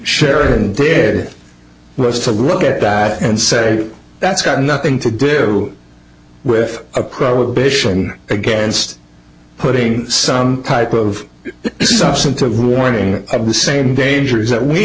sharon did was to look at that and say that's got nothing to do with a prohibition against putting some type of substantive warning of the same dangers